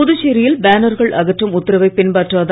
புதுச்சேரியில் பேனர்கள் அகற்றும் உத்தரவை பின்பற்றாத